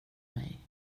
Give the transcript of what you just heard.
mig